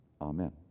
Amen